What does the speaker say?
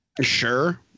Sure